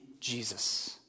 Jesus